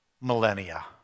millennia